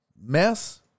mess